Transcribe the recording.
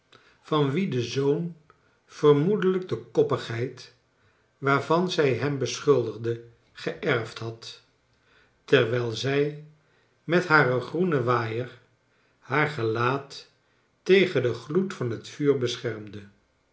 van wie de zoon vermoedelijk de koppigheid waarvan zij hem beschuldigde geerfd had terwijl zij met haar groenen waaier haar gelaat tegen den gloed van het vuur beschermde